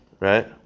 Right